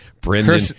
Brendan